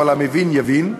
אבל המבין יבין,